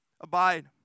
Abide